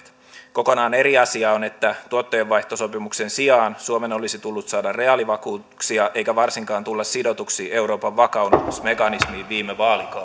kokonaan eri asia on että tuottojenvaihtosopimuksen sijaan suomen olisi tullut saada reaalivakuuksia eikä varsinkaan tulla sidotuksi euroopan vakausmekanismiin viime